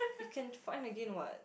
he can find again what